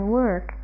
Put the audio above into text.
work